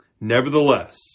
Nevertheless